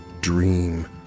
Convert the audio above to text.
dream